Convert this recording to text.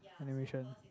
animation